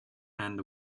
and